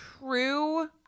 true